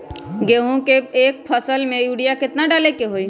गेंहू के एक फसल में यूरिया केतना डाले के होई?